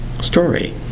Story